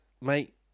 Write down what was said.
mate